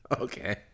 Okay